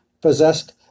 possessed